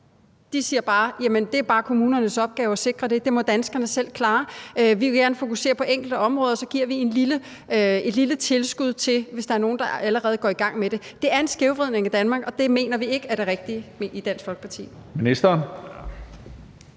siger bare: Det er kommunernes opgave at sikre det, og det må danskerne selv klare; vi vil gerne fokusere på enkelte områder, og så giver vi et lille tilskud til det, hvis der er nogen, der allerede er gået i gang med det. Det er en skævvridning af Danmark, og det mener vi ikke er det rigtige i Dansk Folkeparti.